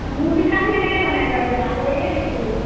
গুৰ পিঠাটো কেনেকৈ বনাই বাৰু পাহৰিয়ে থাকিলোঁ